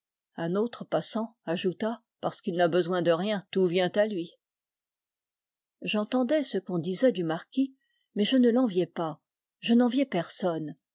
un autre passant ajouta parce qu'il n'a besoin de rien tout vient à lui j'entendais ce qu'on disait du marquis mais je ne l'enviais pas je n'enviais personne